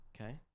Okay